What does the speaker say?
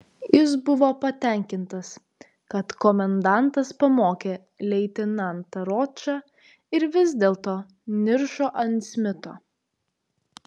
jis buvo patenkintas kad komendantas pamokė leitenantą ročą ir vis dėlto niršo ant smito